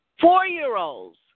four-year-olds